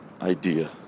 idea